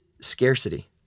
scarcity